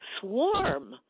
swarm